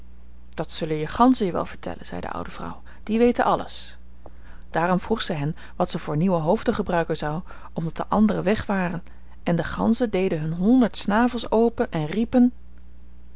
dat zullen je ganzen je wel vertellen zei de oude vrouw die weten alles daarom vroeg zij hen wat ze voor nieuwe hoofden gebruiken zou omdat de andere weg waren en de ganzen deden hun honderd snavels open en